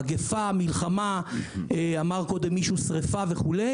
מגפה, מלחמה, אמר מישהו קודם שריפה וכו',